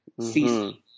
CC